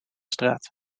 straat